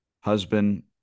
husband